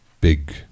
big